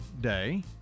day